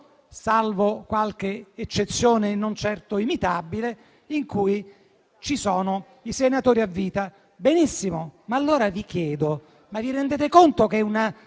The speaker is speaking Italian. salvo qualche eccezione non certo imitabile, in cui ci sono i senatori a vita. Benissimo, ma allora vi chiedo: ma vi rendete conto che una